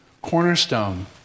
cornerstone